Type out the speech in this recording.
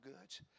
goods